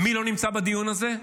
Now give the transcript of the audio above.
ומי לא נמצא בדיון הזה?